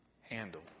handle